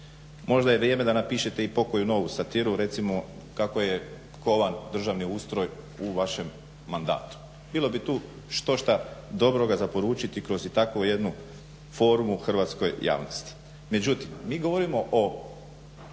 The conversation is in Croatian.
Možda je vrijeme da napišete i pokoju novu satiru recimo kako je kovan državni ustroj u vašem mandatu. Bilo bi tu štošta dobroga za poručiti kroz i takovu jednu formu hrvatskoj javnosti. Međutim, mi govorimo o